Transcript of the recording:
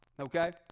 okay